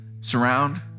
Surround